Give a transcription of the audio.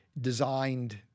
designed